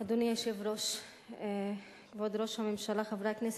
אדוני היושב-ראש, כבוד ראש הממשלה, חברי הכנסת,